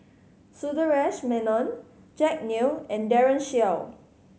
Sundaresh Menon Jack Neo and Daren Shiau